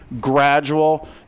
gradual